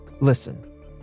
listen